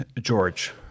George